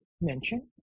Mention